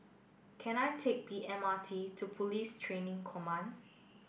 can I take the M R T to Police Training Command